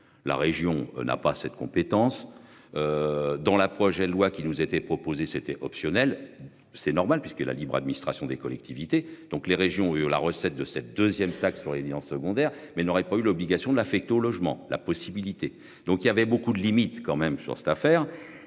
La région n'a pas cette compétence. Dans la projet de loi qui nous était proposé c'était optionnelle c'est normal puisque la libre administration des collectivités. Donc les régions la recette de cette 2ème taxe sur les en secondaire mais n'aurait pas eu l'obligation de la fête au logement, la possibilité donc il y avait beaucoup de limites quand même sur cette affaire